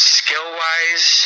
skill-wise